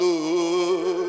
Lord